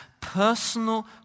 personal